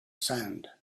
sand